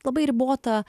labai ribotą